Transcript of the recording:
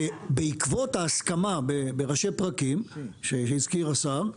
ובעקבות ההסכמה בראשי פרקים שהזכיר השר,